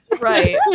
Right